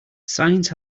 science